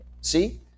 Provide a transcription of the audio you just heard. see